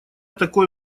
такое